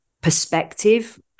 perspective